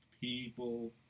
people